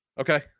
Okay